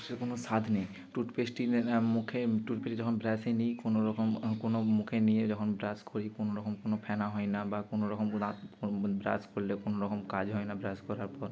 সে কোনো স্বাদ নেই টুথপেস্টটি মুখে টুথপেস্ট যখন ব্রাশে নিই কোনো রকম কোনো মুখে নিয়ে যখন ব্রাশ করি কোনো রকম কোনো ফেনা হয় না বা কোনো রকম কোনো ব্রাশ করলে কোনো রকম কাজ হয় না ব্রাশ করার পর